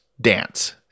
dance